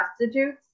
prostitutes